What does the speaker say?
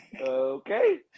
Okay